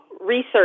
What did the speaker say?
research